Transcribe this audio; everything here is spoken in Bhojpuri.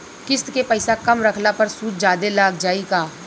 किश्त के पैसा कम रखला पर सूद जादे लाग जायी का?